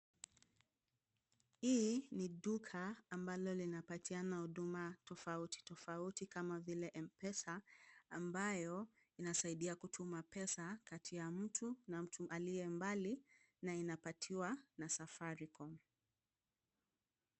Hii ni duka ambalo linapatiana huduma tofauti tofauti kama vile M-Pesa, ambayo inasaidia kutuma pesa kati ya mtu na mtu aliye mbali na inapatiwa na Safaricom.